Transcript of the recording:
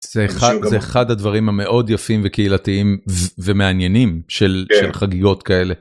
זה אחד הדברים המאוד יפים וקהילתיים ומעניינים של חגיגות כאלה.